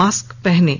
mask पहनें